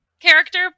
character